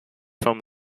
from